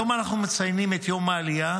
היום אנחנו מציינים את יום העלייה,